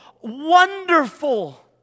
wonderful